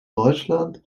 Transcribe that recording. deutschland